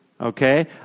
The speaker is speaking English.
Okay